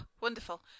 wonderful